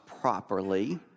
properly